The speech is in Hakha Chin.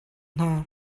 hna